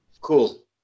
cool